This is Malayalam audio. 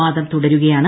വാദം തുടരുകയാണ്